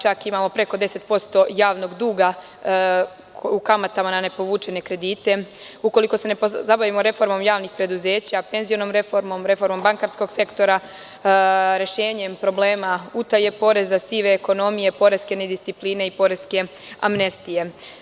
Čak imamo preko 10% javnog duga u kamatama na nepovučene kredite, ukoliko se ne pozabavimo reformom javnih preduzeća, penzionom reformom, reformom bankarskog sektora, rešenjem problema utaje poreza, sive ekonomije, poreske nediscipline i poreske amnestije.